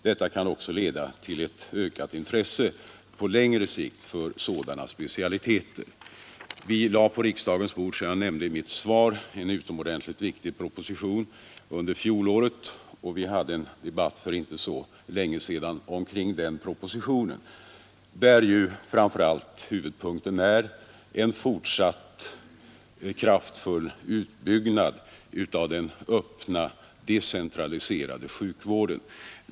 Detta kan också leda till ett ökat intresse på längre sikt för sådana specialiteter. Som jag nämnde i mitt svar lade vi på riksdagens bord under fjolåret en utomordentligt viktig proposition, och vi hade en debatt för inte så länge sedan kring den propositionen, där ju framför allt huvudpunkten är en fortsatt kraftfull utbyggnad av den öppna decentraliserade sjukvården.